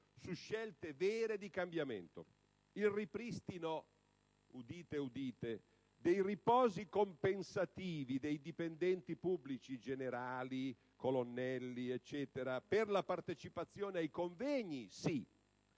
su scelte vere di cambiamento. Il ripristino - udite, udite! - dei riposi compensativi dei dipendenti pubblici (generali, colonnelli e così via) per la partecipazione ai convegni, sì;